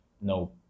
No